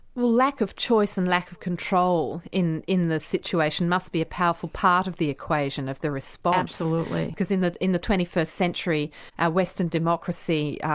well lack of choice and lack of control in in the situation must be a powerful part of the equation of the response. absolutely. because in the in the twenty first century ah western democracy,